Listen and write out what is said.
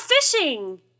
fishing